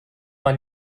man